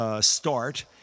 start